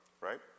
right